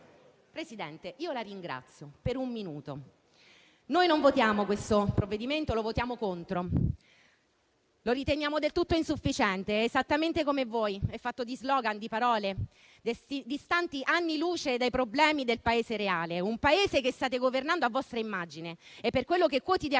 Presidente, io la ringrazio, per un minuto. Noi votiamo contro questo provvedimento, che riteniamo del tutto insufficiente. È esattamente come voi: è fatto di *slogan*, di parole distanti anni luce dai problemi del Paese reale; un Paese che state governando a vostra immagine e per quello che quotidianamente